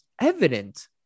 evident